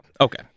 okay